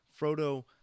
Frodo